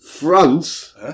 France